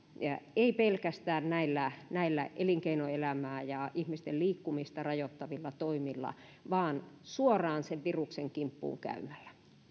ei pelkästään näillä näillä elinkeinoelämää ja ihmisten liikkumista rajoittavilla toimilla vaan suoraan sen viruksen kimppuun käymällä